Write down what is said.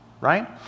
right